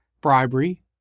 bribery